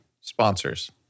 Sponsors